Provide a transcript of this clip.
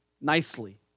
nicely